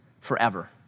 forever